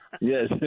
Yes